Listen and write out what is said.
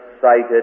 cited